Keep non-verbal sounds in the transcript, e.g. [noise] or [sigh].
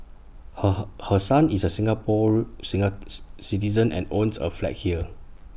her her her son is A Singapore [unintelligible] citizen and owns A flat here